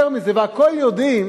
יותר מזה, הכול יודעים